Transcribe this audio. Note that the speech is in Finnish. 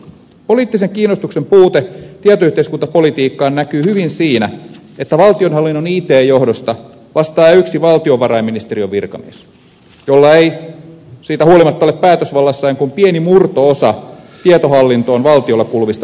poliittisen kiinnostuksen puute tietoyhteiskuntapolitiikkaan näkyy hyvin siinä että valtionhallinnon it johdosta vastaa yksi valtiovarainministeriön virkamies jolla ei kuitenkaan ole päätösvallassaan kuin pieni murto osa valtion tietohallintoon kuuluvista määrärahoista